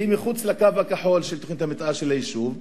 שהיא מחוץ לקו הכחול של תוכנית המיתאר של היישוב.